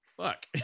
fuck